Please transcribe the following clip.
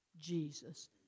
Jesus